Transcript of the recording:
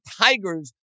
Tigers